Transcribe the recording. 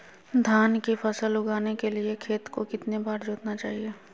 धान की फसल उगाने के लिए खेत को कितने बार जोतना चाइए?